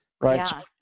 right